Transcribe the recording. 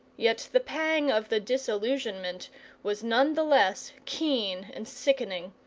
yet the pang of the disillusionment was none the less keen and sickening,